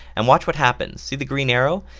and watch what happens. see the green arrow?